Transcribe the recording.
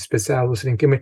specialūs rinkimai